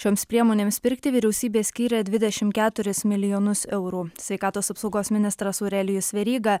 šioms priemonėms pirkti vyriausybė skyrė dvidešimt keturis milijonus eurų sveikatos apsaugos ministras aurelijus veryga